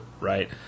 right